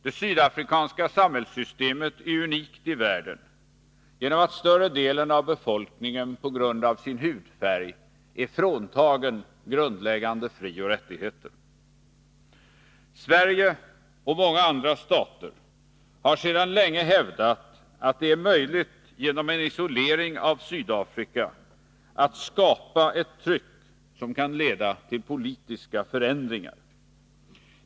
Det sydafrikanska samhällssystemet är unikt i världen genom att större delen av befolkningen på grund av sin hudfärg är fråntagen grundläggande frioch rättigheter. Sverige och många andra stater har sedan länge hävdat att genom en isolering av Sydafrika kan det tryck skapas som kan leda till politiska förändringar.